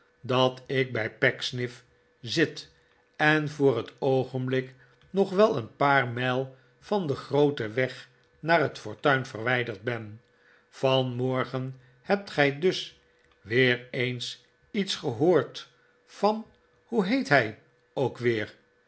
dat ik bij pecksniff zit en voor het oogenblik nog wel een paar mijl van den grooten weg naar het fortuin verwijderd ben vanmorgen hebt gij dus weer eens iets geboord van hoe heet hij ook weer